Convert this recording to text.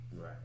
Right